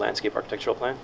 landscape architectural plan